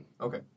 Okay